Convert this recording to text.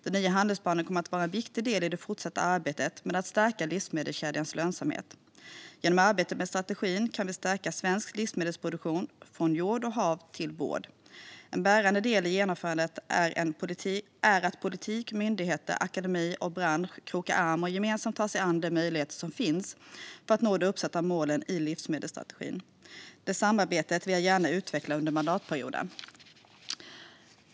Den nya handlingsplanen kommer att vara en viktig del i det fortsatta arbetet med att stärka livsmedelskedjans lönsamhet. Genom arbetet med strategin kan vi stärka svensk livsmedelsproduktion, från jord och hav till bord. En bärande del i genomförandet är att politik, myndigheter, akademi och bransch krokar arm och gemensamt tar sig en de möjligheter som finns för att nå de uppsatta målen i livsmedelsstrategin. Det samarbetet vill jag gärna utveckla under mandatperioden.